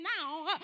now